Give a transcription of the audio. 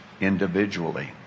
individually